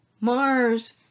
Mars